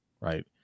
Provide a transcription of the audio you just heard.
right